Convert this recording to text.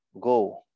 Go